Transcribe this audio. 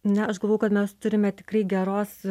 ne aš galvoju kad mes turime tikrai geros